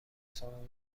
سخن